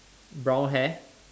brown hair